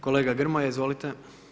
Kolega Grmoja, izvolite.